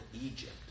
Egypt